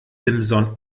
simson